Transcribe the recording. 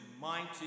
mighty